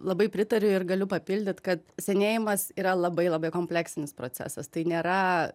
labai pritariu ir galiu papildyt kad senėjimas yra labai labai kompleksinis procesas tai nėra